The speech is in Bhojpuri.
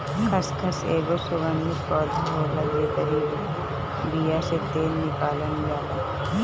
खसखस एगो सुगंधित पौधा होला जेकरी बिया से तेल निकालल जाला